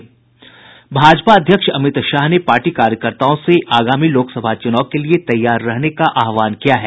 भाजपा अध्यक्ष अमित शाह ने पार्टी कार्यकर्ताओं से आगामी लोकसभा चुनाव के लिए तैयार रहने का आह्वान किया है